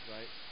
Right